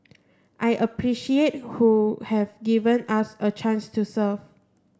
I appreciate who have given us a chance to serve